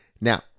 Now